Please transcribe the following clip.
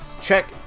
Check